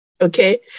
Okay